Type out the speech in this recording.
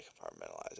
compartmentalize